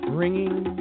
ringing